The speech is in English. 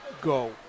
go